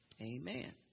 amen